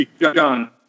John